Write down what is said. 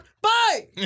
Bye